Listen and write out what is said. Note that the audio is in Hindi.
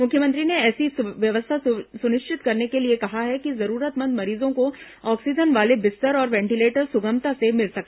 मुख्यमंत्री ने ऐसी व्यवस्था सुनिश्चित करने के लिए कहा कि जरूरतमंद मरीजों को ऑक्सीजन वाले बिस्तर और वेंटीलेटर सुगमता से मिल सके